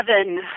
seven